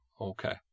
Okay